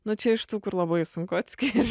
nu čia iš tų kur labai sunku atskirti